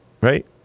Right